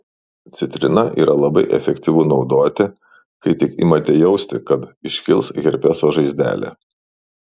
citrina yra labai efektyvu naudoti kai tik imate jausti kad iškils herpeso žaizdelė